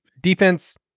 Defense